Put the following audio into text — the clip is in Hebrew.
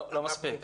לא מספיק.